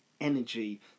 energy